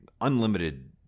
unlimited